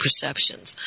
perceptions